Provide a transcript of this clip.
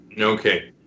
Okay